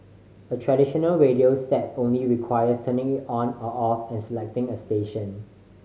a traditional radio set only requires turning it on or off and selecting a station